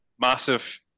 Massive